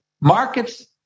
Markets